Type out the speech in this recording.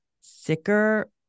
sicker